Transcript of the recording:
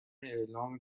اعلام